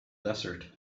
desert